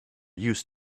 used